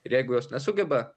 ir jeigu jos nesugeba